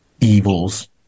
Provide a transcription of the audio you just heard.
evil's